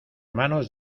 manos